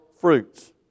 fruits